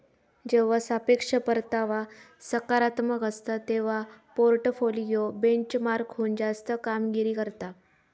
जेव्हा सापेक्ष परतावा सकारात्मक असता, तेव्हा पोर्टफोलिओ बेंचमार्कहुन जास्त कामगिरी करता